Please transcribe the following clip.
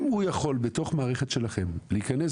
אם הוא יכול בתוך המערכת שלכם להיכנס